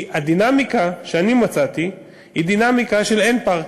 הדינמיקה שאני מצאתי היא דינמיקה של אין פארק,